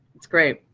it's great.